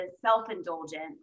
self-indulgent